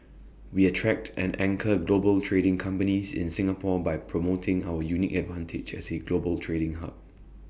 we attract and anchor global trading companies in Singapore by promoting our unique advantages as A global trading hub